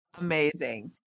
Amazing